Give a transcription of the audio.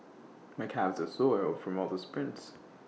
my calves are sore from all the sprints